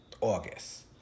August